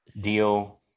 deal